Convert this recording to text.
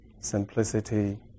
simplicity